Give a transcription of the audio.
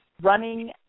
running